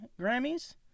Grammys